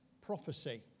Prophecy